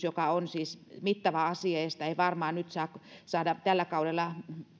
joka on mittava asia sitä ei varmaan nyt saada tällä kaudella